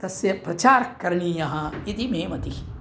तस्य प्रचारः करणीयः इति मे मतिः